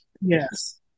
yes